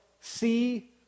See